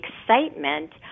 excitement